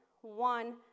one